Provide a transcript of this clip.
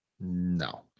No